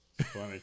funny